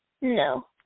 No